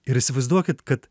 ir įsivaizduokit kad